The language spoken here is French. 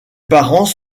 parents